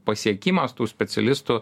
pasiekimas tų specialistų